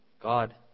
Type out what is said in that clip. God